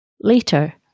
Later